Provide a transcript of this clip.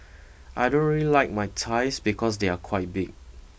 I don't really like my thighs because they are quite big